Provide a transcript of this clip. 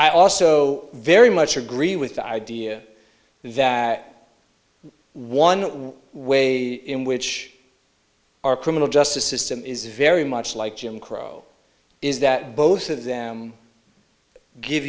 i also very much agree with the idea that one when in which our criminal justice system is very much like jim crow is that both of them give